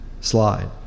slide